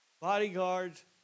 Bodyguards